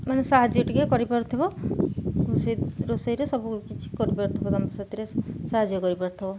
ମାନେ ସାହାଯ୍ୟ ଟିକେ କରିପାରୁଥିବ ରୋଷେଇ ରୋଷେଇରେ ସବୁ କିଛି କରିପାରୁଥିବ ତାଙ୍କ ସେଥିରେ ସାହାଯ୍ୟ କରିପାରୁଥିବ